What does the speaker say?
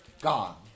Gone